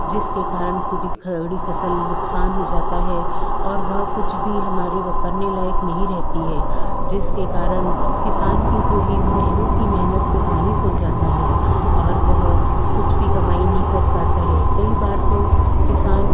जिसके कारण पूरी खड़ी फ़सल नुकसान हो जाता है और वह कुछ भी हमारी वापरने लायक नहीं रहती हे जिसके कारण किसान की पूरी महीनों की मेहनत पे पानी फिर जाता है और वह कुछ भी कमाई नहीं कर पाता है कई बार तो किसान